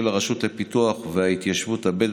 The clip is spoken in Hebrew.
כן.